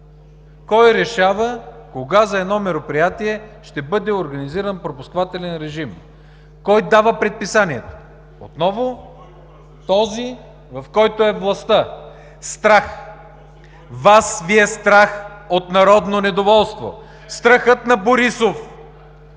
Кой решава кога за едно мероприятие ще бъде организиран пропускателен режим? Кой дава предписанията? Отново този, в който е властта. (Шум и реплики от ГЕРБ.) Страх! Вас Ви е страх от народно недоволство. Страхът на Борисов